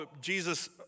Jesus